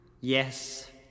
Yes